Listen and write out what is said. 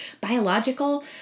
biological